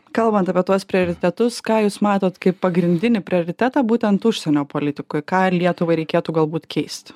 kalbant apie tuos prioritetus ką jūs matot kaip pagrindinį prioritetą būtent užsienio politikoj ką lietuvai reikėtų galbūt keisti